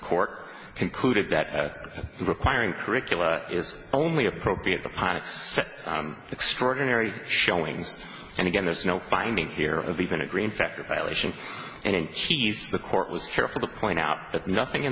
court concluded that requiring curricula is only appropriate upon its extraordinary showings and again there's no finding here of even a green factor violation and cheese the court was careful to point out that nothing in